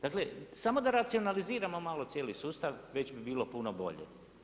Dakle samo da racionaliziramo malo cijeli sustav već bi bilo puno bolje.